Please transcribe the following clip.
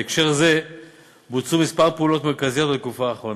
בהקשר זה בוצעו מספר פעולות מרכזיות בתקופה האחרונה: